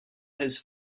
his